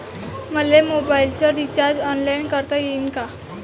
मले मोबाईलच recharge online करता येईन का?